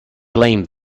blame